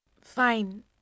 Fine